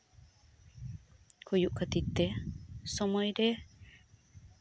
ᱦᱩᱭᱩᱜ ᱠᱷᱟᱹᱛᱤᱨ ᱛᱮ ᱥᱚᱢᱚᱭ ᱨᱮ